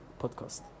podcast